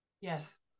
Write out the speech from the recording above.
Yes